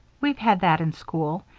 we've had that in school,